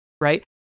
right